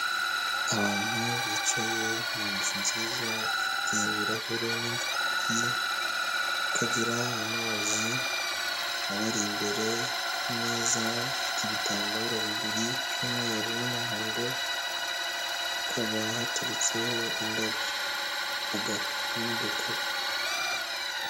Abantu bicaye mu nzu nziza ifite ibirahure n'inzugi, ikagira amazi abari imbere ku meza ifite ibitambaro bibiri icy'umweru n'umuhondo, hakaba hateretseho indabyo n'udukapu.